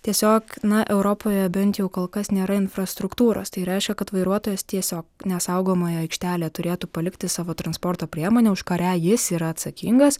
tiesiog na europoje bent jau kol kas nėra infrastruktūros tai reiškia kad vairuotojas tiesiog nesaugomoje aikštelėje turėtų palikti savo transporto priemonę už kurią jis yra atsakingas